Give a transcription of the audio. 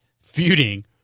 feuding